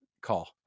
call